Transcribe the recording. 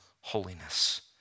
holiness